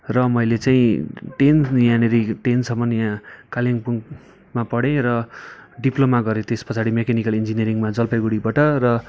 र मैले चाहिँ टेन यहाँनिर टेनसम्म यहाँ कालिम्पोङमा पढेँ र डिप्लोमा गरेँ त्यसपछाडि मेकानिकल इन्जिनियरिङमा जलपाईगुडीबाट र